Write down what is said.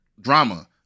drama